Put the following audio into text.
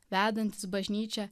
vedantis bažnyčią